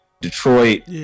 detroit